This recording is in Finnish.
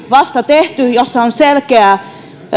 vasta tehty sosten selvitys jossa on selkeä